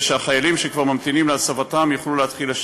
שהחיילים שכבר ממתינים להצבתם יוכלו להתחיל לשרת.